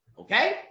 okay